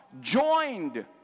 Joined